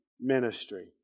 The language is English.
ministry